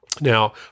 Now